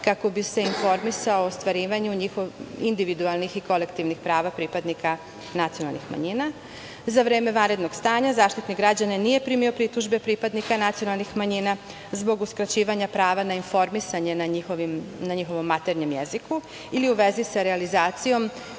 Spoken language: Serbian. kako bi se informisao o ostvarivanju individualnih i kolektivnih prava pripadnika nacionalnih manjina.Za vreme vanrednog stanja Zaštitnik građana nije primio pritužbe pripadnika nacionalnih manjina zbog uskraćivanja prava na informisanje na njihovom maternjem jeziku ili u vezi sa realizacijom